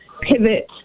pivot